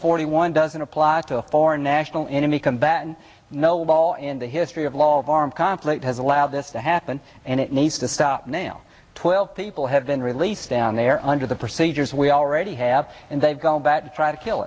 forty one doesn't apply to a foreign national in any combatant no ball in the history of law of armed conflict has allowed this to happen and it needs to stop now twelve people have been released down there under the procedures we already have and they've gone back to try to kill